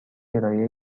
کرایه